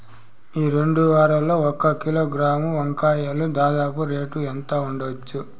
ఈ రెండు వారాల్లో ఒక కిలోగ్రాము వంకాయలు దాదాపు రేటు ఎంత ఉండచ్చు?